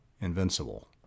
invincible